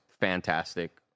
fantastic